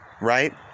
Right